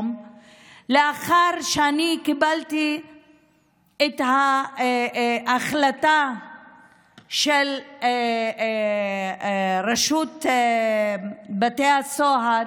לאחר שקיבלתי את ההחלטה של רשות בתי הסוהר